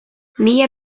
mila